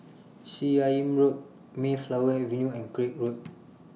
Seah Im Road Mayflower Avenue and Craig Road